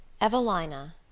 Evelina